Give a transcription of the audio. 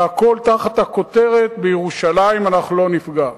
והכול תחת הכותרת: בירושלים אנחנו לא נפגע.